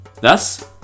Thus